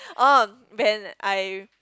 orh Ben I